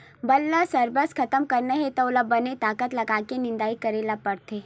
बन ल सरबस खतम करना हे त ओला बने ताकत लगाके निंदई करे ल परथे